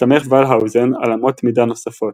הסתמך ולהאוזן על אמות מידה נוספות,